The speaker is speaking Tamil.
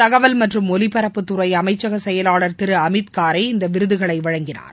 தகவல் மற்றும் ஒலிபரப்புத்துறை அமைச்சக செயலாளர் திரு அமித்கரே இந்த விருதுகளை வழங்கினார்